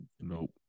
nope